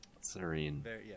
Serene